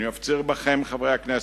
אני מפציר בכם, חברי הכנסת,